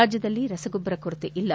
ರಾಜ್ಞದಲ್ಲಿ ರಸಗೊಬ್ಬರ ಕೊರತೆಯಿಲ್ಲ